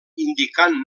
indicant